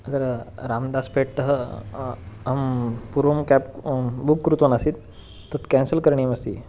अत्र राम्दास् पेट्तः अहं पूर्वं केब् बुक् कृतवान् आसीत् तत् केन्सल् करणीयमस्ति